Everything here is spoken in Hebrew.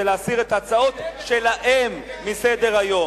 זה להסיר את ההצעות שלהם מסדר-היום.